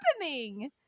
happening